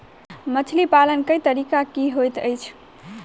मछली पालन केँ तरीका की होइत अछि?